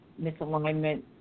misalignment